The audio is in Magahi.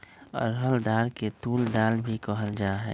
अरहर दाल के तूर दाल भी कहल जाहई